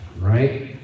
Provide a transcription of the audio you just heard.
right